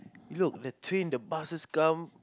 you look the train the buses come